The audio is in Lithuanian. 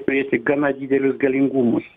turėti gana didelius galingumus